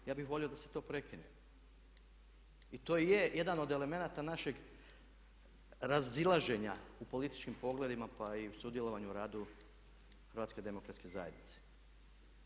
Ja bih volio da se to prekine i to je jedan od elemenata našeg razilaženja u političkim pogledima, pa i u sudjelovanju u radu HDZ-a.